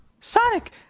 Sonic